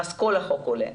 כל החוק עולה למליאה.